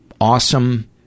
awesome